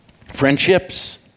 Friendships